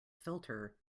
filter